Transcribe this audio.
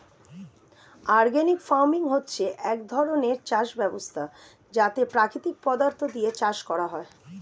organic farming হচ্ছে এক ধরণের চাষ ব্যবস্থা যাতে প্রাকৃতিক পদার্থ দিয়ে চাষ করা হয়